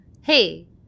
Hey